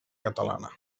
catalana